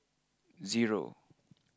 zero